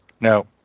No